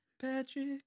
Patrick